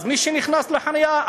אז מי שנכנס לחניה,